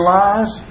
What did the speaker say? lies